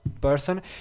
person